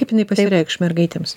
kaip jinai pasireikš mergaitėms